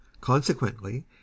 Consequently